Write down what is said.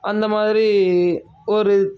அந்த மாதிரி ஒரு